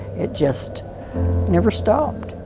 it just never stopped.